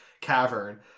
cavern